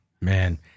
Man